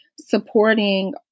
supporting